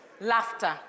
laughter